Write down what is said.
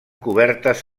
cobertes